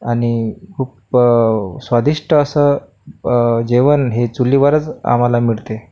आणि खूप स्वादिष्ट असं जेवण हे चुलीवरच आम्हाला मिळते